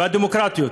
והדמוקרטיות.